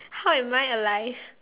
how am I alive